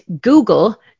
Google